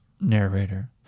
narrator